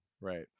Right